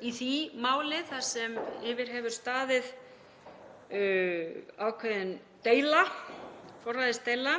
í því máli þar sem yfir hefur staðið ákveðin forræðisdeila.